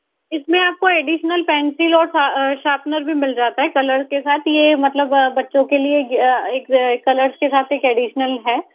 इसमें आपको additional pencil और शॉर्पनर भी मिल जाता है कलर्स के साथ ये मतलब बच्चों के लिए एक कलर्स के साथ एक एडिशनल है